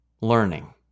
learning